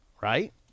right